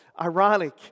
Ironic